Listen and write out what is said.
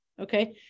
Okay